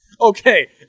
Okay